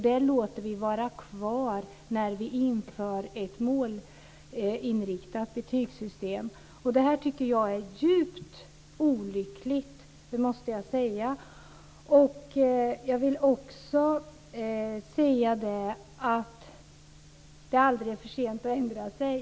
Det låter vi vara kvar när vi inför ett målinriktat betygssystem. Det tycker jag är djupt olyckligt. Det måste jag säga. Jag vill också säga att det aldrig är för sent att ändra sig.